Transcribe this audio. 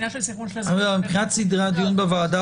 מבחינת סדרי הדיון בוועדה,